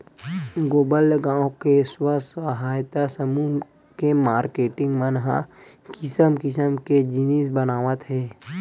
गोबर ले गाँव के स्व सहायता समूह के मारकेटिंग मन ह किसम किसम के जिनिस बनावत हे